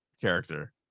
character